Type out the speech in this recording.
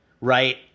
right